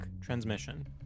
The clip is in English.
transmission